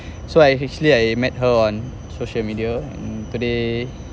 so I actually I met her on social media today